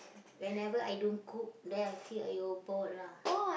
whenever I don't cook then I feel !aiyo! bored lah